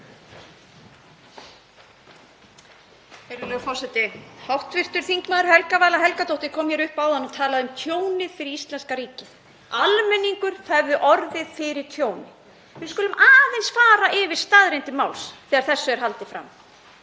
Hv. þm. Helga Vala Helgadóttir kom hér upp áðan og talaði um tjónið fyrir íslenska ríkið, að almenningur hefði orðið fyrir tjóni. Við skulum aðeins fara yfir staðreyndir máls þegar þessu er haldið fram.